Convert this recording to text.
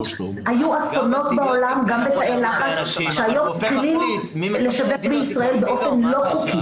היו אסונות בעולם גם בתאי לחץ שהיום -- -לשווק בישראל באופן לא חוקי.